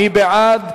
מי בעד?